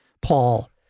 Paul